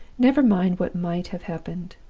never mind what might have happened.